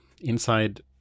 inside